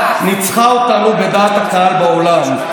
ניצחה אותנו בדעת הקהל בעולם.